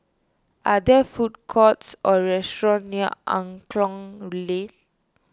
are there food courts or restaurants near Angklong Lane